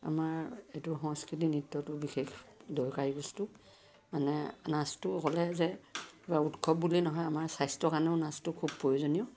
আমাৰ এইটো সংস্কৃতি নৃত্যটো বিশেষ দৰকাৰী বস্তু মানে নাচটো অকলে যে কিবা উৎসৱ বুলিয়ে নহয় আমাৰ স্বাস্থ্যৰ কাৰণেও নাচটো খুব প্ৰয়োজনীয়